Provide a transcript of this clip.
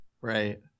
Right